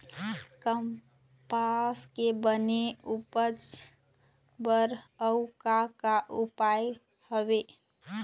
कपास के बने उपज बर अउ का का उपाय हवे?